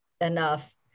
enough